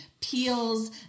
peels